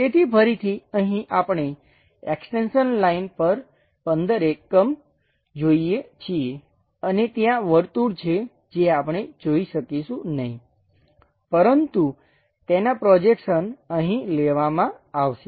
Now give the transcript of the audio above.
તેથી ફરીથી અહીં આપણે એક્સ્ટેંશન લાઈન પર 15 જોઈએ છીએ અને ત્યાં વર્તુળ છે જે આપણે જોઈ શકીશું નહીં પરંતુ તેનાં પ્રોજેક્શન અહીં લેવામાં આવશે